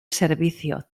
servicio